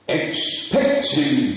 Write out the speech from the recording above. expecting